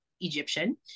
Egyptian